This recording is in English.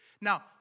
Now